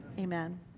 amen